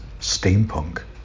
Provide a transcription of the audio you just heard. Steampunk